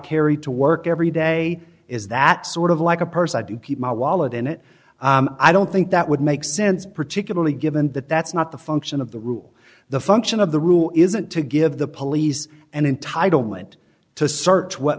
carry to work every day is that sort of like a purse i do keep my wallet in it i don't think that would make sense particularly given that that's not the function of the rule the function of the rule isn't to give the police and entitlement to search what